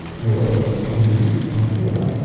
moreover, when he reached mathura,